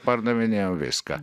pardavinėjau viską